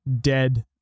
dead